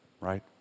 right